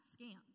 scammed